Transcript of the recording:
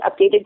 updated